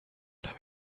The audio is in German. oder